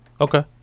Okay